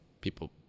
people